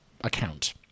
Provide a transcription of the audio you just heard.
account